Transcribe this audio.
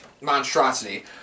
monstrosity